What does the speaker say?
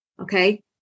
Okay